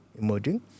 emerging